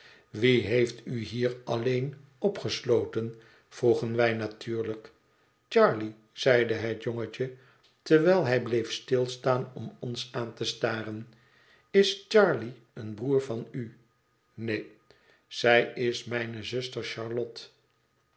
wie heeft u hier alleen opgesloten vroegen wij natuurlijk charley zeide het jongetje terwijl hij bleef stilstaan om ons aan te staren is charley een broer van u neen zij is mijne zuster charlotte